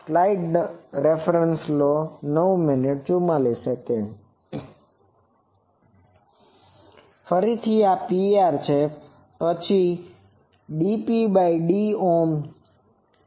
ફરીથી આ Pr છે પછી dPd કે જ્યાં θ૦